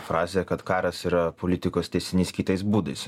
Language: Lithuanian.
frazę kad karas yra politikos tęsinys kitais būdais